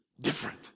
different